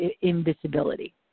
invisibility